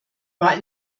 war